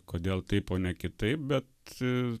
kodėl taip o ne kitaip bet